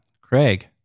Craig